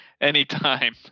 Anytime